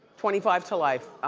twenty five to life,